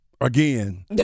again